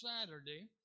Saturday